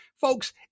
Folks